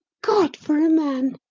god for a man!